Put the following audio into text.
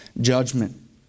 judgment